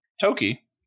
Toki